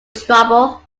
trouble